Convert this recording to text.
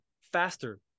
faster